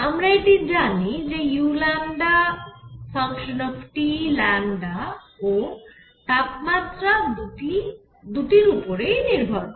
আমরা এটি জানি যে u ও তাপমাত্রা দুটির উপরেই নির্ভর করে